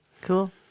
Cool